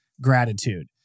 gratitude